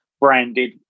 branded